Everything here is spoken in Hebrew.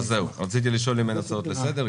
רציתי לשאול אם אין הצעות לסדר.